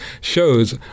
shows